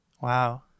Wow